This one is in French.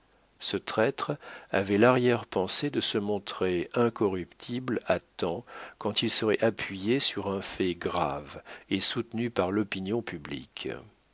ce traître avait l'arrière-pensée de se montrer incorruptible à temps quand il serait appuyé sur un fait grave et soutenu par l'opinion publique